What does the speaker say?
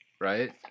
right